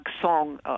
song